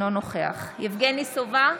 אינו נוכח יבגני סובה,